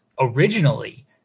originally